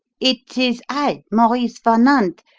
it is i maurice van nant.